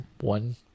one